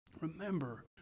remember